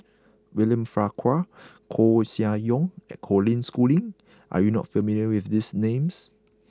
William Farquhar Koeh Sia Yong and Colin Schooling are you not familiar with these names